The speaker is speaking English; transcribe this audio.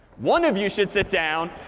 one of you should sit down,